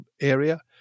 area